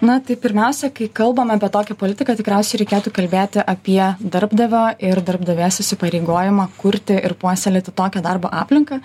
na tai pirmiausia kai kalbame apie tokią politiką tikriausiai reikėtų kalbėti apie darbdavio ir darbdavės įsipareigojimą kurti ir puoselėti tokią darbo aplinką